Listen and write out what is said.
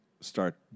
start